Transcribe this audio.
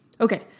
Okay